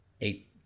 eight